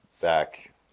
back